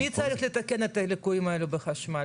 מי צריך לתקן את הליקויים האלה בחשמל?